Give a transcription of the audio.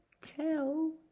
tell